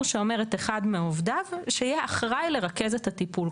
שאומר שאחד מעובדיו יהיה אחראי לרכז את הטיפול.